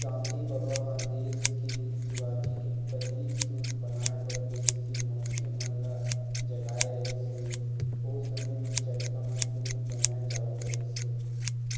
गांधी बबा ह देस के सुराजी के पहिली सूत बनाए बर देस के मनखे मन ल जगाए रिहिस हे, ओ समे म चरखा म सूत बनाए जावत रिहिस हे